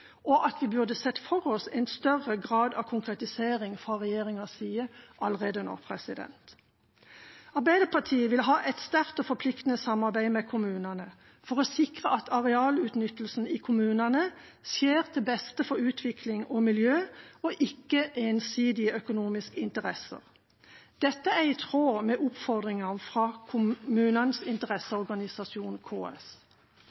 og at vi burde sett for oss en større grad av konkretisering fra regjeringas side allerede nå. Arbeiderpartiet vil ha et sterkt og forpliktende samarbeid med kommunene for å sikre at arealutnyttelsen i kommunene skjer til beste for utvikling og miljø og ikke etter ensidige økonomiske interesser. Dette er i tråd med oppfordringene fra kommunenes